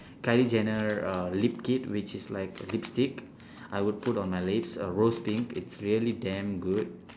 kylie jenner uh lip kit which is like lipstick I would put on my lips uh rose pink it's really damn good